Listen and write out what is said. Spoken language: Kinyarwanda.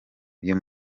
uyu